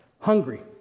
hungry